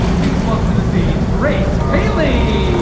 please welcome to the stage grace paisley